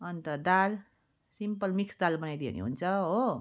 अन्त दाल simple mix दाल बनाइदियो भने हुन्छ हो